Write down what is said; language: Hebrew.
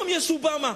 והיום יש אובמה.